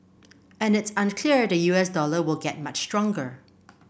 and it's unclear the U S dollar will get much stronger